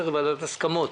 צריך ועדת הסכמות.